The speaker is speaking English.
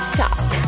Stop